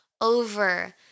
over